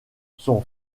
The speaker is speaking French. son